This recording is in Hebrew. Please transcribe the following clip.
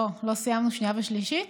לא סיימנו שנייה ושלישית?